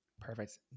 Perfect